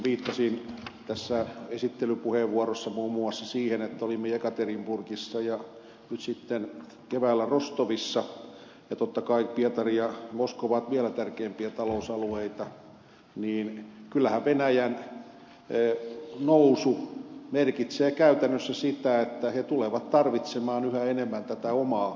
kun viittasin esittelypuheenvuorossani muun muassa siihen että olimme jekaterinburgissa ja nyt sitten keväällä rostovissa ja totta kai pietari ja moskova ovat vielä tärkeämpiä talousalueita niin kyllähän venäjän nousu merkitsee käytännössä sitä että se tulee tarvitsemaan yhä enemmän omaa sähköään